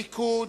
הליכוד,